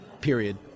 Period